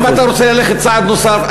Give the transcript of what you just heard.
אם אתה רוצה ללכת צעד נוסף,